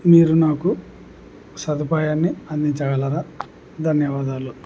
మీరు నాకు సదుపాయాన్ని అందించగలరా ధన్యవాదాలు